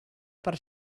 per